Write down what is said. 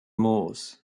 moors